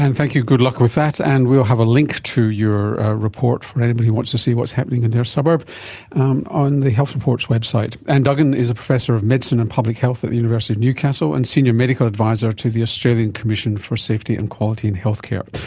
thank you, good luck with that, and we'll have a link to your report for anybody who wants to see what's happening in their suburb on the health report's website. anne duggan is a professor of medicine and public health at the university of newcastle and senior medical adviser to the australian commission for safety and quality in healthcare.